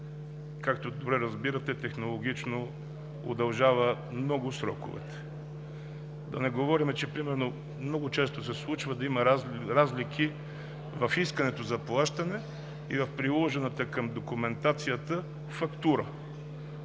Както добре разбирате, това технологично удължава много сроковете. Да не говорим, че много често се случва да има разлики в искането за плащане и в приложената към документацията фактура.